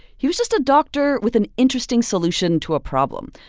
he was just a doctor with an interesting solution to a problem.